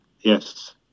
Yes